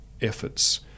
efforts